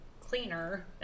cleaner